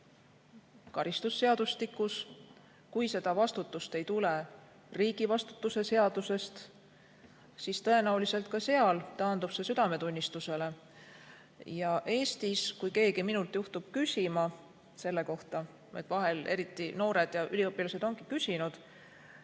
karistusseadustikus, kui seda vastutust ei tule riigivastutuse seadusest, siis tõenäoliselt ka seal taandub see südametunnistusele. Eestis, kui keegi minult juhtub küsima selle kohta – vahel eriti noored ja üliõpilased on küsinud